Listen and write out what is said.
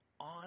On